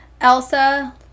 Elsa